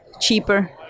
cheaper